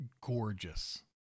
gorgeous